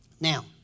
now